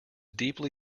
deeply